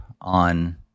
on